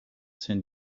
saint